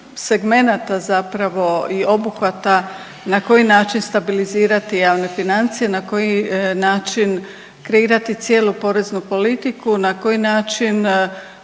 segmenata zapravo i obuhvata na koji način stabilizirati javne financije, na koji način kreirati cijelu poreznu politiku, na koji način